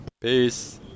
Peace